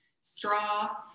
straw